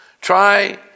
Try